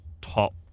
top